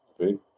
Okay